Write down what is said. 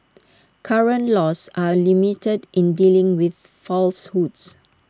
current laws are limited in dealing with falsehoods